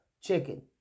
chicken